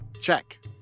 Check